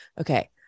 Okay